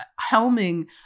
helming